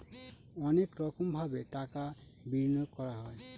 অনেক রকমভাবে টাকা বিনিয়োগ করা হয়